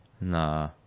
Nah